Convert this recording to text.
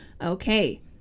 okay